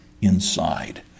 inside